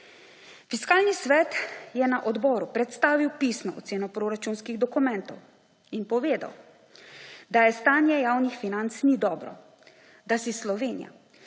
Fiskalni svet je na odboru predstavil pisno oceno proračunskih dokumentov in povedal, da stanje javnih financ ni dobro, da si Slovenija